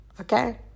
okay